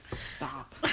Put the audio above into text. Stop